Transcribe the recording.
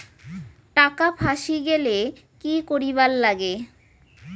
টাকা ফাঁসি গেলে কি করিবার লাগে?